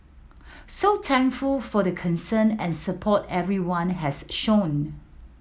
so thankful for the concern and support everyone has shown